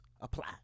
apply